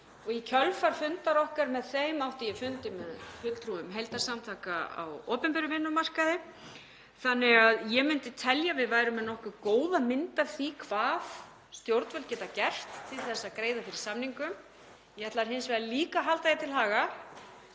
Í kjölfar fundar okkar með þeim átti ég fundi með fulltrúum heildarsamtaka á opinberum vinnumarkaði þannig að ég myndi telja að við værum með nokkuð góða mynd af því hvað stjórnvöld geta gert til að greiða fyrir samningum. Ég ætla hins vegar líka að halda því til haga